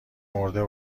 مرده